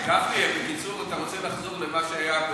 גפני, בקיצור, אתה רוצה לחזור למה שהיה,